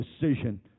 decision